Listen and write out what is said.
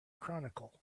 chronicle